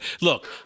Look